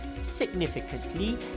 significantly